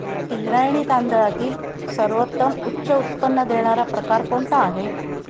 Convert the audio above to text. इंद्रायणी तांदळातील सर्वोत्तम उच्च उत्पन्न देणारा प्रकार कोणता आहे?